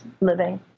living